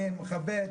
אני מכבד,